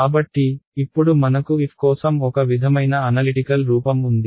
కాబట్టి ఇప్పుడు మనకు f కోసం ఒక విధమైన అనలిటికల్ రూపం ఉంది